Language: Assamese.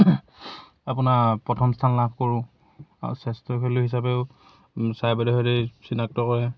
আপোনাৰ প্ৰথম স্থান লাভ কৰোঁ আৰু স্বাস্থ্য হিচাপেও চিনাক্ত কৰে